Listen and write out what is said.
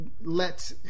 let